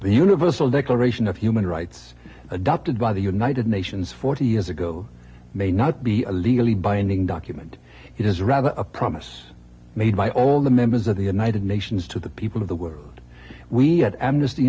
universal declaration of human rights adopted by the united nations forty years ago may not be a legally binding document it is rather a promise made by all the members of the united nations to the people of the world we had amnesty